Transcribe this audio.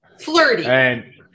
Flirty